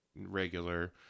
regular